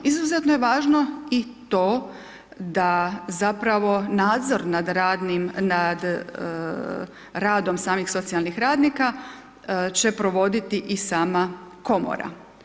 Izuzetno je važno i to da zapravo nadzor nad radom samih socijalnih radnika će provoditi i sama komora.